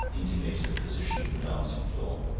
indicated the position of the dancing-floor.